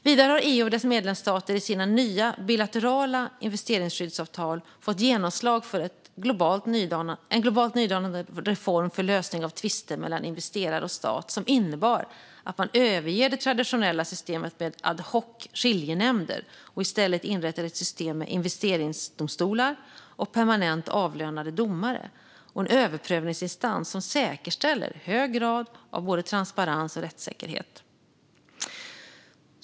Vidare har EU och dess medlemsstater i sina nya bilaterala investeringsskyddsavtal fått genomslag för en globalt nydanande reform för lösning av tvister mellan investerare och stat som innebar att man överger det traditionella systemet med ad hoc-skiljenämnder och i stället inrättar ett system med investeringsdomstolar och permanent avlönade domare och en överprövningsinstans som säkerställer hög grad av både transparens och rättssäkerhet.